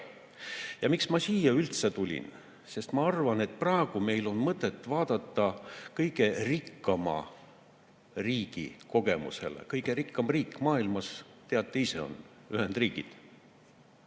Ja miks ma siia üldse tulin? Sest ma arvan, et praegu meil on mõtet vaadata kõige rikkama riigi kogemusele. Kõige rikkam riik maailmas, teate ise, on Ühendriigid.